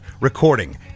recording